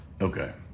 Okay